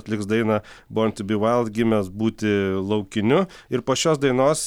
atliks dainą born tiu by vaild gimęs būti laukiniu ir po šios dainos